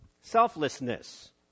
Selflessness